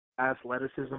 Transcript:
Athleticism